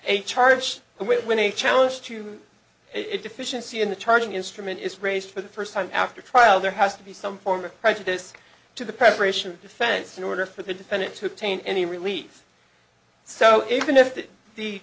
a charge when a challenge to it deficiency in the charging instrument is raised for the first time after trial there has to be some form of prejudice to the preparation of defense in order for the defendant to obtain any relief so even if the